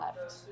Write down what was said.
left